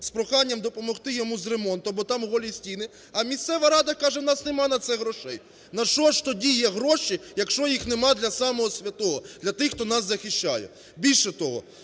з проханням допомогти йому з ремонтом, бо там голі стіни, а місцева рада каже: "У нас немає на це грошей". На що ж тоді є гроші, якщо їх немає для самого святого, для тих, хто нас захищає? Більше того,